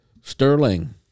Sterling